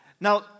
Now